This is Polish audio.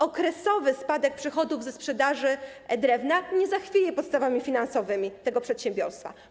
Okresowy spadek przychodów ze sprzedaży drewna nie zachwieje podstawami finansowymi tego przedsiębiorstwa.